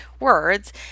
Words